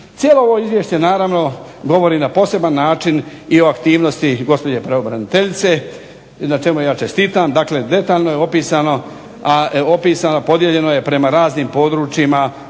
Cijelo ovo izvješće govori na poseban način i o aktivnosti gospođe pravobraniteljice na čemu ja čestitam. Dakle detaljno je opisano podijeljeno je prema raznim područjima.